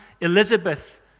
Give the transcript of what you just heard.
Elizabeth